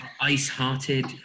ice-hearted